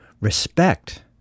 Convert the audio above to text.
respect